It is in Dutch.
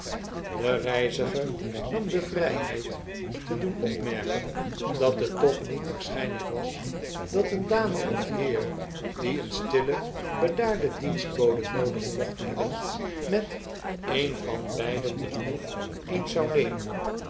de reiziger nam de vrijheid te doen opmerken dat het toch niet waarschijnlijk was dat een dame of heer die een stille bedaarde dienstbode noodig mocht hebben met een van beiden de proef eens zou nemen